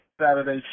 Saturday